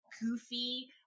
goofy